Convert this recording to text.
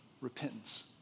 Repentance